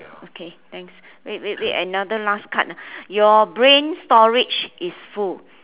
okay thanks wait wait wait another last card your brain storage is full